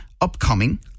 upcoming